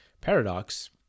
Paradox